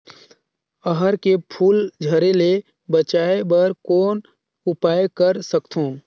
अरहर के फूल झरे ले बचाय बर कौन उपाय कर सकथव?